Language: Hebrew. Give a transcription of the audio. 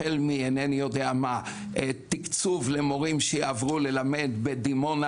החל אינני יודע מה מתקצוב למורים שיעברו ללמד בדימונה